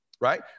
right